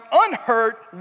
unhurt